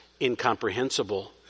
incomprehensible